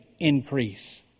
increase